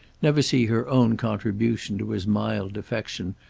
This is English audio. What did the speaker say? never see her own contribution to his mild defection,